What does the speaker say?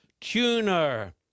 tuner